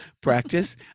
practice